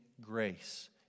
grace